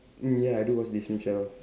mm ya I do watch Disney channel